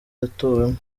yatowemo